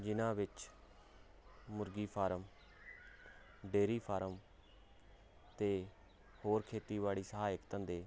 ਜਿਨ੍ਹਾਂ ਵਿੱਚ ਮੁਰਗੀ ਫਾਰਮ ਡੇਰੀ ਫਾਰਮ ਅਤੇ ਹੋਰ ਖੇਤੀਬਾੜੀ ਸਹਾਇਕ ਧੰਦੇ